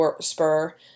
spur